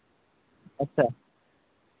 अच्छा